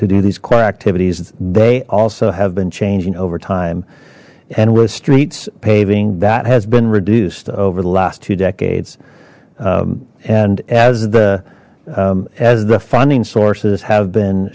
to do these core activities they also have been changing over time and with streets paving that has been reduced over the last two decades and as the as the funding sources have been